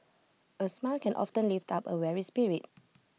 A smile can often lift up A weary spirit